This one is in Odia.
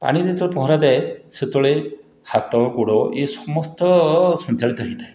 ପାଣିରେ ଯେଉଁ ପହଁରାଯାଏ ସେତେବେଳେ ହାତଗୋଡ଼ ଏ ସମସ୍ତ ସଞ୍ଚାଳିତ ହେଇଥାଏ